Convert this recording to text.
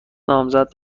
نامزد